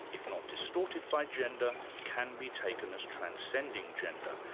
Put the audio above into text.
if not distorted by gender, can be taken as transcending gender,